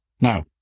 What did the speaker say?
Now